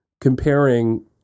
comparing